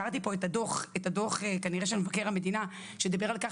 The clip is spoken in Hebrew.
קראתי פה את הדו"ח כנראה של מבקר המדינה שמדבר על כך